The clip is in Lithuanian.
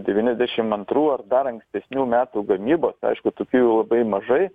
devyniasdešim antrų ar dar ankstesnių metų gamybos aišku tokių labai mažai